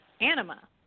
anima